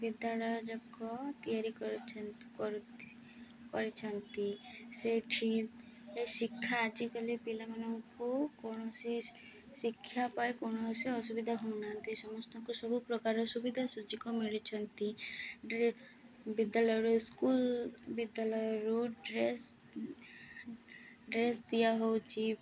ବିଦ୍ୟାଳୟ ଯୋଗ ତିଆରି କରିଛନ୍ତି ସେଠି ଶିକ୍ଷା ଆଜିକାଲି ପିଲାମାନଙ୍କୁ କୌଣସି ଶିକ୍ଷା ପାଇଁ କୌଣସି ଅସୁବିଧା ହେଉନାହାନ୍ତି ସମସ୍ତଙ୍କୁ ସବୁପ୍ରକାର ସୁବିଧା ସୁଯୋଗ ମିଳିଛନ୍ତି ବିଦ୍ୟାଳୟରୁ ସ୍କୁଲ୍ ବିଦ୍ୟାଳୟରୁ ଡ୍ରେସ୍ ଡ୍ରେସ୍ ଦିଆ ହେଉଛି